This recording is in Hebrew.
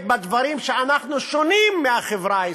בדברים שאנחנו שונים בהם מהחברה הישראלית.